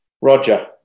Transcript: Roger